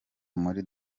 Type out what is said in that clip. muri